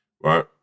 right